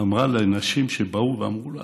לנשים שבאו ואמרו לה: